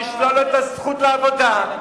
תשלול לו את הזכות לעבודה.